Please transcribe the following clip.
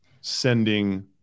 sending